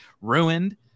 ruined